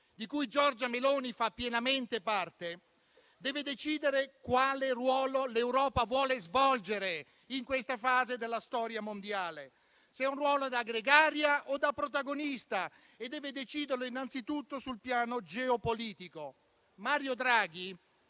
di cui Giorgia Meloni fa pienamente parte, deve decidere quale ruolo l'Europa vuole svolgere in questa fase della storia mondiale, se un ruolo da gregaria o da protagonista, e deve deciderlo innanzitutto sul piano geopolitico. Mario Draghi,